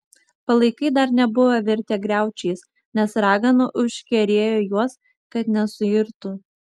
palaikai dar nebuvo virtę griaučiais nes ragana užkerėjo juos kad nesuirtų